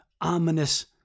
ominous